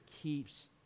keeps